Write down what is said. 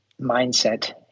mindset